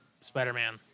Spider-Man